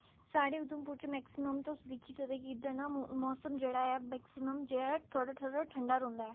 साढ़े उधमपुर च मैक्सिमम तुस दिक्खी सकदे कि इद्धर न मौ मौसम जेह्ड़ा ऐ मैक्सिमम जेह्ड़ा थोह्ड़ा थोह्ड़ा ठंडा रौंह्दा ऐ